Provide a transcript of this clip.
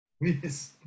Yes